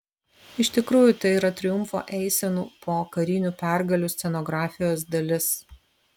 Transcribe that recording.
iš tikrųjų tai yra triumfo eisenų po karinių pergalių scenografijos dalis